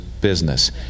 business